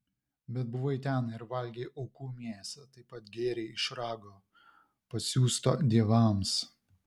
bet buvai ten ir valgei aukų mėsą taip pat gėrei iš rago pasiųsto dievams